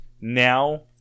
now